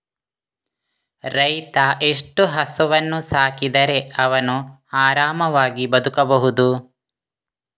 ರೈತ ಎಷ್ಟು ಹಸುವನ್ನು ಸಾಕಿದರೆ ಅವನು ಆರಾಮವಾಗಿ ಬದುಕಬಹುದು?